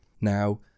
Now